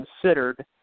considered